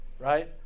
Right